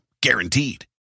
Guaranteed